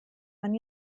man